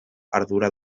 ardura